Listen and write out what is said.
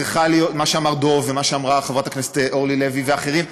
מה שאמר דב ומה שאמרה חברת הכנסת אורלי לוי ואחרים,